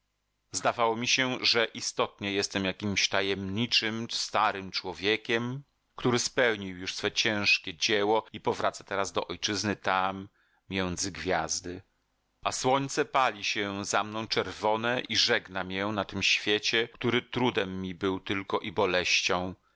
zdawało mi się że istotnie jestem jakimś tajemniczym starym człowiekiem który spełnił już swe ciężkie dzieło i powraca teraz do ojczyzny tam między gwiazdy a słońce pali się za mną czerwone i żegna mię na tym świecie który trudem mi był tylko i boleścią